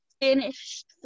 finished